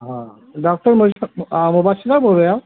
ہاں ڈاکٹر مبشرہ بول رہے ہیں آپ